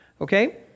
Okay